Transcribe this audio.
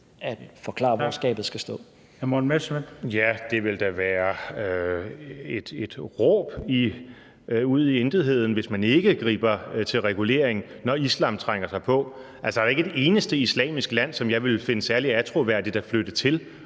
Morten Messerschmidt (DF): Det vil da være et råb ud i intetheden, hvis man ikke griber til regulering, når islam trænger sig på. Altså, der er jo ikke et eneste islamisk land, som jeg ville finde særlig attråværdigt at flytte til.